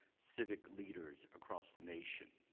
civic leaders across the nation.